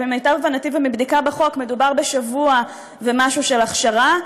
ולמיטב הבנתי ומבדיקה בחוק מדובר בשבוע ומשהו של הכשרה,